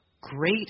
great